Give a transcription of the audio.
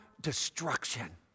destruction